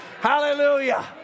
Hallelujah